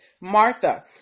Martha